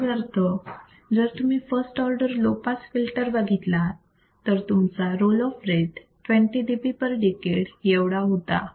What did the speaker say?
याचाच अर्थ जर तुम्ही first order low pass filter बघितलात तर तुमचा roll off rate 20 dB per decade एवढा होता